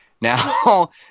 Now